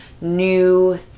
new